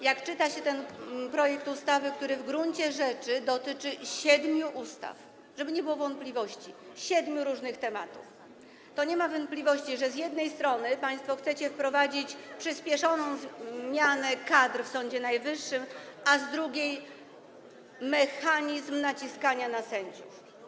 Jak czyta się ten projekt ustawy, który w gruncie rzeczy dotyczy siedmiu ustaw, żeby nie było wątpliwości, siedmiu różnych tematów, to nie ma wątpliwości, że z jednej strony państwo chcecie wprowadzić przyspieszoną zmianę kadr w Sądzie Najwyższym, a z drugiej - mechanizm naciskania na sędziów.